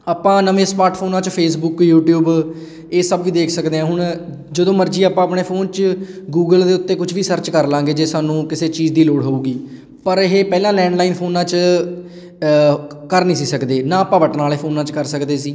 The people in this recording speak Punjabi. ਆਪਾਂ ਨਵੇਂ ਸਪਾਰਟ ਫੋਨਾਂ 'ਚ ਫੇਸਬੁੱਕ ਯੂਟਿਊਬ ਇਹ ਸਭ ਵੀ ਦੇਖ ਸਕਦੇ ਹਾਂ ਹੁਣ ਜਦੋਂ ਮਰਜ਼ੀ ਆਪਾਂ ਆਪਣੇ ਫੋਨ 'ਚ ਗੂਗਲ ਦੇ ਉੱਤੇ ਕੁਛ ਵੀ ਸਰਚ ਕਰ ਲਾਂਗੇ ਜੇ ਸਾਨੂੰ ਕਿਸੇ ਚੀਜ਼ ਦੀ ਲੋੜ ਹੋਊਗੀ ਪਰ ਇਹ ਪਹਿਲਾਂ ਲੈਂਡਲਾਈਨ ਫੋਨਾਂ 'ਚ ਕਰ ਨਹੀਂ ਸੀ ਸਕਦੇ ਨਾ ਆਪਾਂ ਬਟਨਾਂ ਵਾਲੇ ਫੋਨਾਂ 'ਚ ਕਰ ਸਕਦੇ ਸੀ